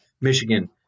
michigan